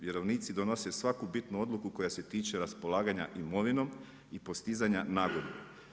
Vjerovnici donose svaku bitnu odluku koja se tiče raspolaganja imovinom i postizanja nagodbe.